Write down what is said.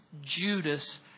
Judas